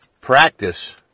practice